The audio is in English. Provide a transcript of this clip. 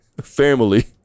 Family